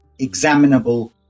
examinable